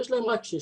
יש להם רק שישה,